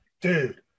Dude